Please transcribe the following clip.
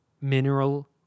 mineral